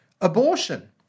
abortion